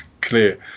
clear